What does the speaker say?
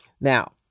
Now